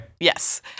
Yes